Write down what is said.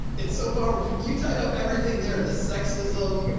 it's so far, you tied up everything there. the sexism,